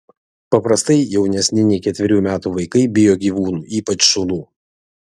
paprastai jaunesni nei ketverių metų vaikai bijo gyvūnų ypač šunų